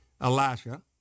Elisha